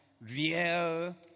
real